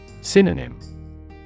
Synonym